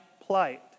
plight